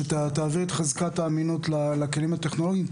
שתביא את חזקת האמינות לכלים הטכנולוגיים,